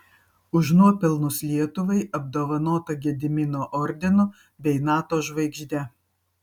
už nuopelnus lietuvai apdovanota gedimino ordinu bei nato žvaigžde